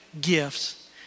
gifts